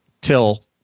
Till